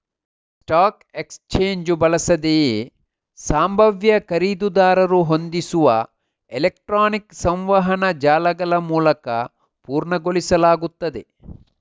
stock exchange ಬಳಸದೆಯೇ ಸಂಭಾವ್ಯ ಖರೀದಿದಾರರು ಹೊಂದಿಸುವ ಎಲೆಕ್ಟ್ರಾನಿಕ್ ಸಂವಹನ ಜಾಲಗಳಮೂಲಕ ಪೂರ್ಣಗೊಳಿಸಲಾಗುತ್ತದೆ